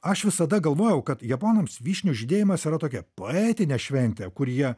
aš visada galvojau kad japonams vyšnių žydėjimas yra tokia poetinė šventė kur jie